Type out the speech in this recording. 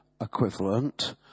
equivalent